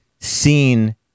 seen